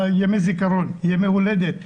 ימי הזכרון, ימי הולדת.